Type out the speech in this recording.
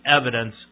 evidence